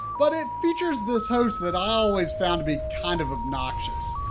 but it features this host that i always found to be kind of obnoxious.